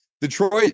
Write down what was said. Detroit